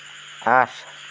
আঠ